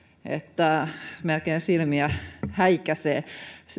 että silmiä melkein häikäisee